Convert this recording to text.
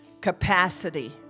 capacity